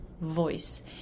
voice